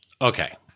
Okay